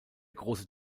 große